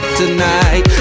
tonight